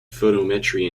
photometry